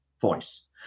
voice